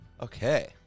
Okay